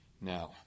Now